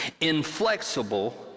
inflexible